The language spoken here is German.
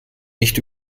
nicht